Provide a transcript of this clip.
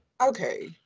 Okay